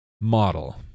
model